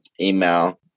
email